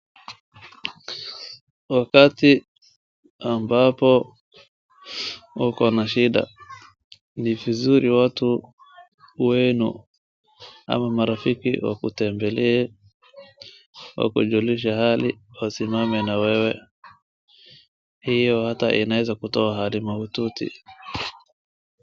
Wakati ambapo ukona shida ni vizuri watu wenu ama marafiki wakutembelee, wakujulishe hali, wasimame na wewe. Hiyo ata inaeza kutoa hali mahututi.